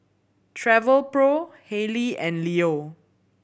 Travelpro Haylee and Leo